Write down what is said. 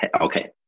okay